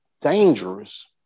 dangerous